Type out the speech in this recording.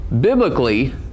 Biblically